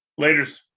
Laters